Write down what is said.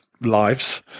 lives